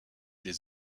des